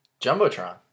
Jumbotron